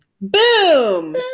Boom